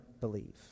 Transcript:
believe